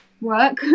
work